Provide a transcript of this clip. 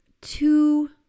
two